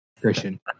Christian